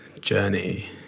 journey